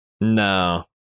No